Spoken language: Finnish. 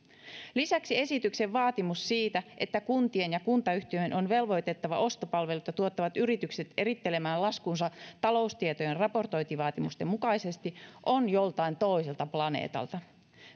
lisäksi esityksen vaatimus siitä että kuntien ja kuntayhtymien on velvoitettava ostopalveluita tuottavat yritykset erittelemään laskunsa taloustietojen raportointivaatimusten mukaisesti on joltain toiselta planeetalta